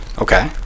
Okay